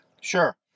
Sure